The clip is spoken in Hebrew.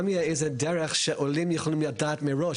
תהיה איזה דרך שעולים יכולים לדעת מראש,